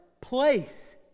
place